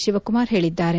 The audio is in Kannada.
ಶಿವಕುಮಾರ್ ಹೇಳಿದ್ದಾರೆ